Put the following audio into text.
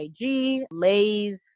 Lays